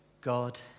God